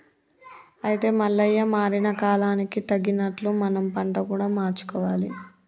అయితే మల్లయ్య మారిన కాలానికి తగినట్లు మనం పంట కూడా మార్చుకోవాలి